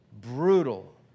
brutal